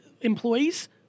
employees